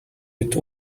with